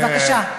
בבקשה.